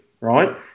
right